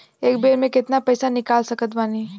एक बेर मे केतना पैसा निकाल सकत बानी?